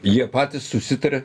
jie patys susitarė